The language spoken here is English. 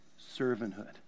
servanthood